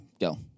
go